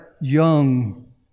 Young